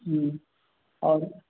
हूँ आओर